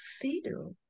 feel